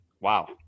Wow